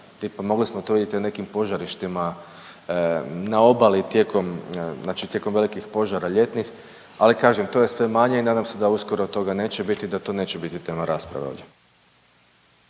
Tipa mogli smo to vidjeti na nekim požarištima. Na obali tijekom, znači tijekom velikih požara ljetnih. Ali kažem to je sve manje i nadam se da uskoro toga neće biti. Da to neće biti tema rasprave ovdje.